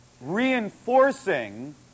reinforcing